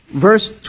verse